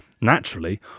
naturally